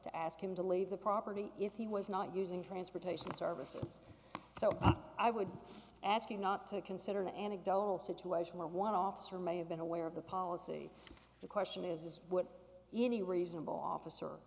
to ask him to leave the property if he was not using transportation services so i would ask you not to consider an anecdotal situation where one officer may have been aware of the policy the question is would you any reasonable officer